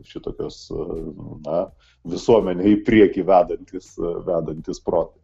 šitokios na visuomenę į priekį vedantys vedantys protai